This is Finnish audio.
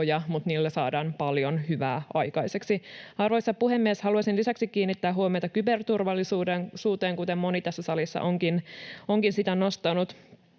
mutta niillä saadaan paljon hyvää aikaiseksi. Arvoisa puhemies! Haluaisin lisäksi kiinnittää huomiota kyberturvallisuuteen, kuten moni tässä salissa onkin sitä nostanut.